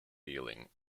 healing